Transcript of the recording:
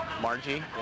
Margie